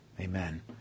Amen